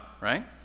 right